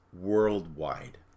worldwide